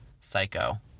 psycho